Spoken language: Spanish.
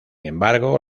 embargo